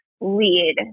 lead